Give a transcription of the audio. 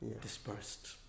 dispersed